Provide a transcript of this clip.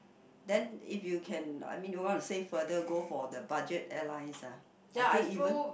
then if you can I mean you want to save further go for the budget airlines ah I think even